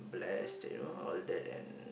blessed you know all that and